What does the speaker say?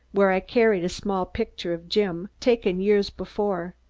where i carried a small picture of jim, taken years before.